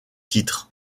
titre